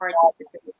participate